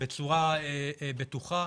בצורה בטוחה